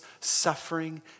suffering